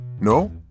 No